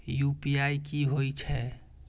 UPI की होई छै?